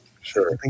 sure